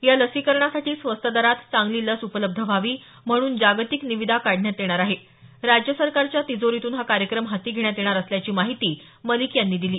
या लसीकरणासाठी स्वस्त दरात चांगली लस उपलब्ध व्हावी म्हणून जागतिक निविदा काढण्यात येणार आहे राज्य सरकारच्या तिजोरीतून हा कार्यक्रम हाती घेण्यात येणार असल्याची माहिती मलिक यांनी दिली